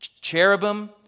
cherubim